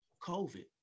COVID